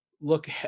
look